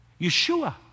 Yeshua